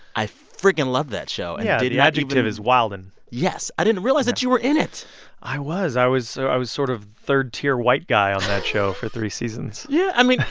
i freakin' love that show yeah. the the adjective is wilding yes. i didn't realize that you were in it i was. i was so i was sort of third-tier white guy on that show for three seasons yeah. i mean,